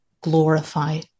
glorify